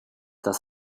das